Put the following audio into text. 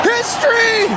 History